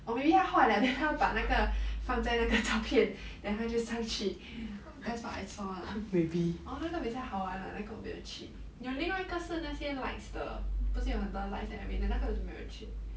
or maybe 他画了 then 他把那个放在那个照片 then 他就上去 orh that's what I saw lah orh 那个很像好玩那个我没有去有另外一个是那些 lights 的不是有很多 lights and everything 那个我也是没有去